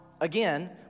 again